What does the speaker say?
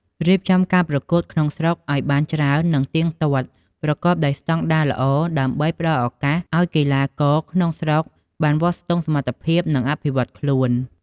រៀបចំការប្រកួតក្នុងស្រុកឱ្យបានច្រើននិងទៀងទាត់ ប្រកបដោយស្តង់ដារល្អ ដើម្បីផ្តល់ឱកាសឱ្យកីឡាករក្នុងស្រុកបានវាស់ស្ទង់សមត្ថភាព និងអភិវឌ្ឍខ្លួន។